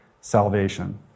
salvation